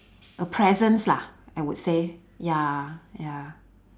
a presence lah I would say ya ya